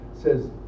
says